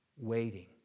waiting